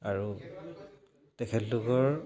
আৰু তেখেতলোকৰ